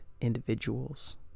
individuals